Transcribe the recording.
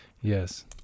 Yes